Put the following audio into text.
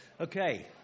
Okay